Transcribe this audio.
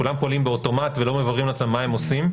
כולם פועלים באוטומט ולא מבררים מה הם עושים.